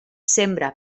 sembra